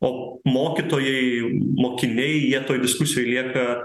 o mokytojai mokiniai jie toj diskusijoj lieka